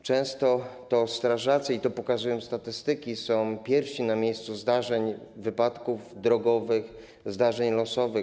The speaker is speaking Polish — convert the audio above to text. Często to strażacy - i to pokazują statystyki - są pierwsi na miejscu zdarzeń, wypadków drogowych, zdarzeń losowych.